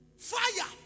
fire